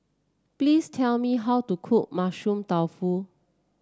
please tell me how to cook Mushroom Tofu